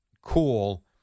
cool